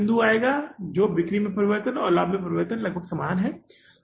बिंदु आएगा क्योंकि बिक्री में परिवर्तन और लाभ में परिवर्तन लगभग समान है